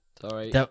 Sorry